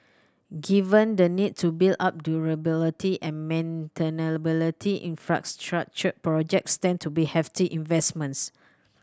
given the need to build up durability and maintainability infrastructure projects tend to be hefty investments